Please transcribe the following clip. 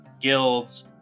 guilds